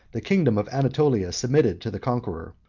the kingdom of anatolia submitted to the conqueror,